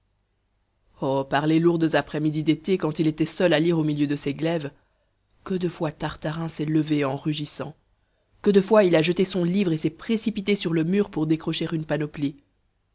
oh par les lourdes après-midi d'été quand il était seul à lire an milieu de ses glaives que de fois tartarin s'est levé en rugissant que de fois il a jeté son livre et s'est précipité sur le mur pour décrocher une panoplie